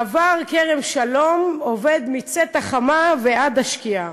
מעבר כרם-שלום עובד מצאת החמה ועד השקיעה.